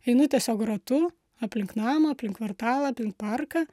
eina tiesiog ratu aplink namą aplink kvartalą aplink parką